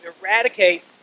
eradicate